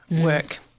work